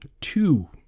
Two